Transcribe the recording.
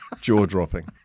jaw-dropping